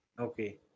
Okay